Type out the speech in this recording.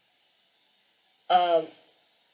um